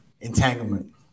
Entanglement